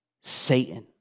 Satan